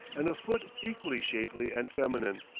and a foot equally shapely and feminine.